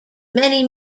many